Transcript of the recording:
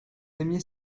aimiez